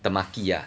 temaki ah